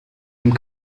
dem